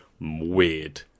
Weird